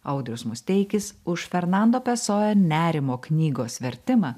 audrius musteikis už fernando pesoja nerimo knygos vertimą